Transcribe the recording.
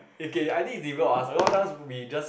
okay I think it's difficult to ask a lot of times we just